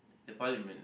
the parliament